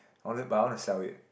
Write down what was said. won it but I want to sell it